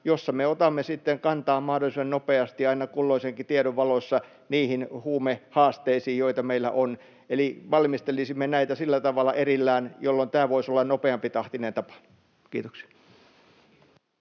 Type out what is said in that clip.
jossa me otamme sitten kantaa mahdollisimman nopeasti aina kulloisenkin tiedon valossa niihin huumehaasteisiin, joita meillä on. Eli valmistelisimme näitä sillä tavalla erillään, jolloin tämä voisi olla nopeampitahtinen tapa. — Kiitoksia.